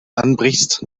anbrichst